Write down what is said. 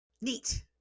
neat